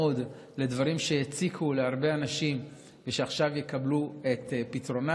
לדברים שהציקו להרבה אנשים ועכשיו יקבלו את פתרונם.